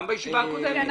גם בישיבה הקודמת.